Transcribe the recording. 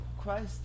Christ